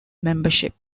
membership